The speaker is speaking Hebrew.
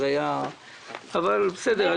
אבל בסדר,